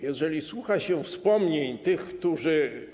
Jeżeli słucha się wspomnień tych, którzy.